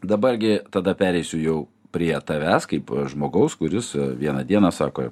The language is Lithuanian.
dabar gi tada pereisiu jau prie tavęs kaip žmogaus kuris vieną dieną sako